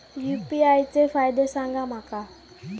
UPI चे फायदे सांगा माका?